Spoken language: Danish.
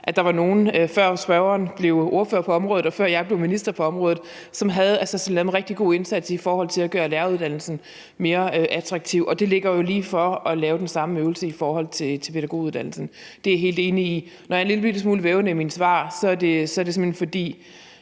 at der var nogle, før spørgeren blev ordfører på området, og før jeg blev minister på området, som havde lavet en rigtig god indsats i forhold til at gøre læreruddannelsen mere attraktiv, og det ligger jo ligefor at lave den samme øvelse i forhold til pædagoguddannelsen; det er jeg helt enig i. Når jeg er en lillebitte smule vævende i mine svar, er det simpelt hen, fordi